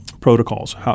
protocols